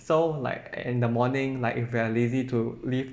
so like in the morning like if we are lazy to leave